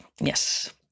Yes